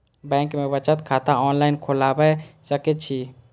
Bank में बचत खाता ऑनलाईन खोलबाए सके छी?